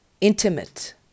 intimate